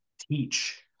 teach